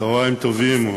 צהריים טובים.